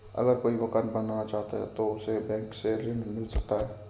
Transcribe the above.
अगर कोई मकान बनाना चाहे तो उसे बैंक से ऋण मिल सकता है?